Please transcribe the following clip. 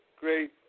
great